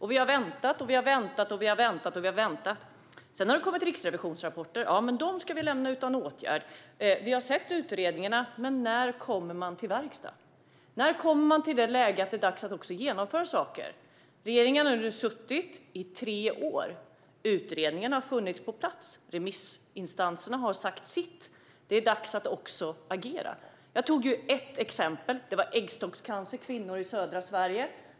Vi har väntat och väntat. Sedan har det kommit riksrevisionsrapporter. Ja, men dem ska vi lämna utan åtgärd. Vi har sett utredningarna, men när kommer man till verkstad? När kommer man till det läge att det är dags att också genomföra saker? Regeringen har nu suttit i tre år. Utredningarna har funnits på plats, och remissinstanserna har sagt sitt. Det är dags att agera. Jag tog ett exempel, kvinnor med äggstockscancer i södra Sverige.